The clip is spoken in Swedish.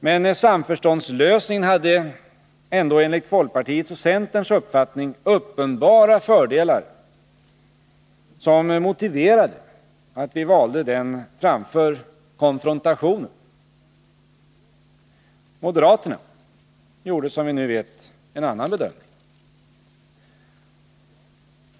Men samförståndslösningen hade ändå enligt folkpartiets och centerns uppfattning uppenbara fördelar som motiverade att vi valde den framför konfrontationen. Moderaterna gjorde, som vi nu vet, en annan bedömning.